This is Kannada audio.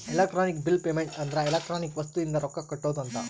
ಎಲೆಕ್ಟ್ರಾನಿಕ್ ಬಿಲ್ ಪೇಮೆಂಟ್ ಅಂದ್ರ ಎಲೆಕ್ಟ್ರಾನಿಕ್ ವಸ್ತು ಇಂದ ರೊಕ್ಕ ಕಟ್ಟೋದ ಅಂತ